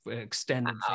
extended